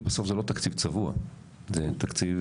כי בסוף זה לא תקציב צבוע, נכון?